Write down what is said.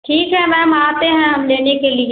ठीक है मैम आते हैं हम लेने के लिए